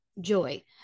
Joy